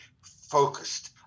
focused